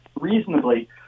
reasonably